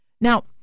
Now